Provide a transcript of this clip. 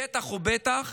בטח ובטח